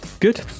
Good